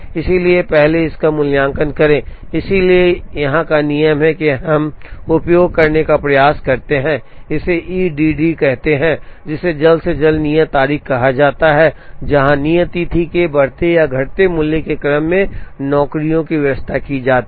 इसलिए पहले इसका मूल्यांकन करें इसलिए यहां का नियम है कि हम उपयोग करने का प्रयास करते हैं इसे E D D कहते हैं जिसे जल्द से जल्द नियत तारीख कहा जाता है जहां नियत तिथि के बढ़ते या घटते मूल्य के क्रम में नौकरियों की व्यवस्था की जाती है